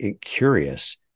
curious